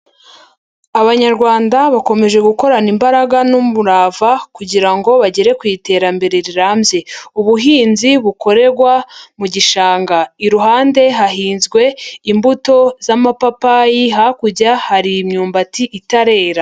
Abanyarwanda bakomeje gukorana imbaraga n'umurava kugira ngo bagere ku iterambere rirambye, ubuhinzi bukorerwa mu gishanga, iruhande hahinzwe imbuto z'amapapayi, hakurya hari imyumbati itarera.